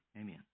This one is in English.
amen